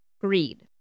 Greed